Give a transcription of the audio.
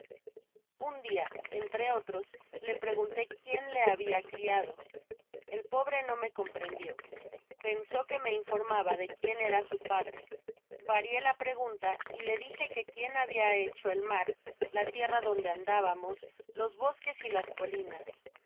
religiosos undia entre otros le pregunté quien le habia criado el pobre no me comprendió pensó que me informaba de quien era su padre varié la pregunta y le dije que quién habia hecho el mar la tierra donde andábamos los bosqueay las colinas